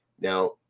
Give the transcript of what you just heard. Now